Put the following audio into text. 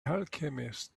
alchemist